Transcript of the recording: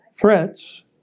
threats